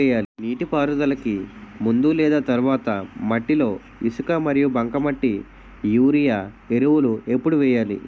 నీటిపారుదలకి ముందు లేదా తర్వాత మట్టిలో ఇసుక మరియు బంకమట్టి యూరియా ఎరువులు ఎప్పుడు వేయాలి?